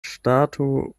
ŝtato